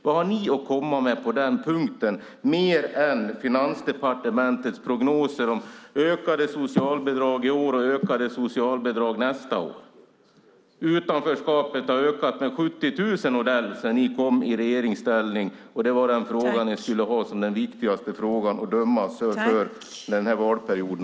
Vad har ni att komma med på den punkten, mer än Finansdepartementets prognoser om ökade socialbidrag i år och nästa år? Utanförskapet har ökat med 70 000, Odell, sedan ni kom i regeringsställning. Det var det som ni skulle ha som den viktigaste frågan under den här mandatperioden.